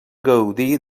gaudir